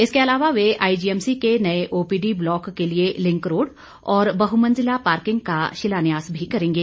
इसके अलावा वे आईजीएमसी के नए ओपीडी ब्लॉक के लिए लिंक रोड और बहुमंजिला पार्किंग का शिलान्यास भी करेंगे